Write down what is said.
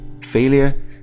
failure